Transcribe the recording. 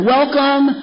Welcome